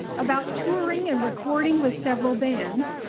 about touring and recording with several bands,